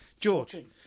George